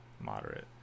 moderate